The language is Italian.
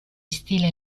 stile